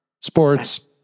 sports